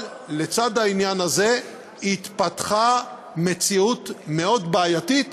אבל לצד העניין הזה התפתחה מציאות בעייתית